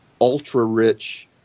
ultra-rich